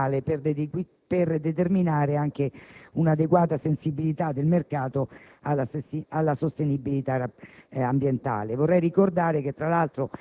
enorme - una leva fondamentale per determinare anche un'adeguata sensibilità del mercato alla sostenibilità ambientale.